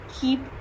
keep